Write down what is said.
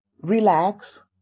relax